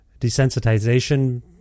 desensitization